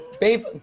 babe